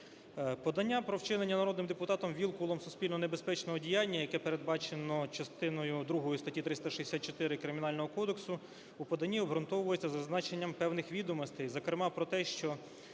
Подання про вчинення народним депутатом Вілкулом суспільно-небезпечного діяння, яке передбачено частиною другою статті 364 Кримінального кодексу у поданні обґрунтовується зазначенням певних відомостей, зокрема про те, що